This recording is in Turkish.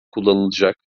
kullanılacak